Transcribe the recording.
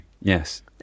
yes